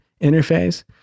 interface